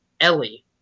ellie